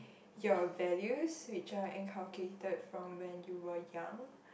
your values which are inculcated from when you were young